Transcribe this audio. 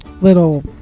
little